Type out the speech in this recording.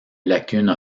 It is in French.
lacunes